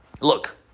Look